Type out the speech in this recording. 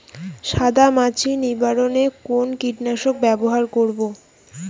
সাদা মাছি নিবারণ এ কোন কীটনাশক ব্যবহার করব?